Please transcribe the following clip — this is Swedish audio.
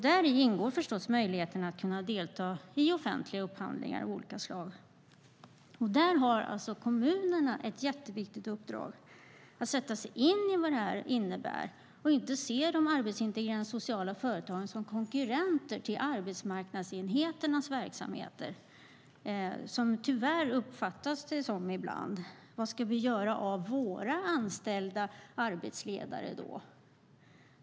Däri ingår förstås möjligheten att kunna delta i offentliga upphandlingar av olika slag. Kommunerna har ett viktigt uppdrag att sätta sig in i vad detta innebär och inte se de arbetsintegrerande sociala företagen som konkurrenter till arbetsmarknadsenheternas verksamheter. Tyvärr uppfattas det så ibland. Man frågar sig: Var ska vi då göra av våra anställda arbetsledare?